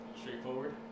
Straightforward